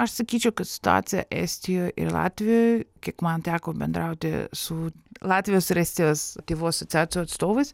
aš sakyčiau kad situacija estijoj ir latvijoj kiek man teko bendrauti su latvijos ir estijos tėvų asociacijų atstovais